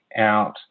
out